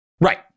Right